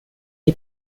dei